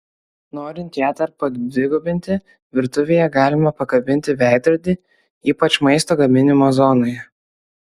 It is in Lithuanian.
norint ją dar padvigubinti virtuvėje galima pakabinti veidrodį ypač maisto gaminimo zonoje